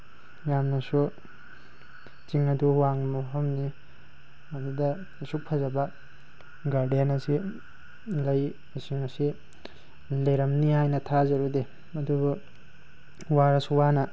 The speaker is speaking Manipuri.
ꯌꯥꯝꯅꯁꯨ ꯆꯤꯡ ꯑꯗꯨ ꯋꯥꯡꯕ ꯃꯐꯝꯅꯤ ꯃꯗꯨꯗ ꯑꯁꯨꯛ ꯐꯖꯕ ꯒꯥꯔꯗꯦꯟ ꯑꯁꯤ ꯂꯩꯁꯤꯡ ꯑꯁꯤ ꯂꯩꯔꯝꯅꯤ ꯍꯥꯏꯅ ꯊꯥꯖꯔꯨꯗꯦ ꯑꯗꯨꯕꯨ ꯋꯥꯔꯁꯨ ꯋꯥꯅ